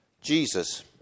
Jesus